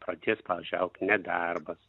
pradės pavyzdžiui augt nedarbas